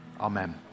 amen